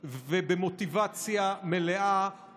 ובמוטיבציה מלאה.